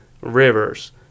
Rivers